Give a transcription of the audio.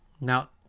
Now